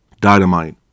Dynamite